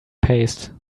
paste